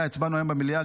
שעליה הצבענו היום במליאה,